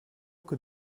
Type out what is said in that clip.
que